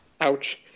ouch